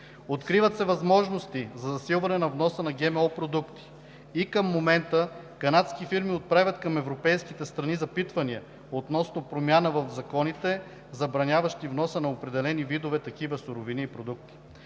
Откриват се възможности за засилване на вноса на ГМО продукти и към момента канадски фирми отправят към европейските страни запитвания относно промяна в законите, забраняващи вноса на определени видове такива суровини и продукти.